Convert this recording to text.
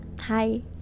hi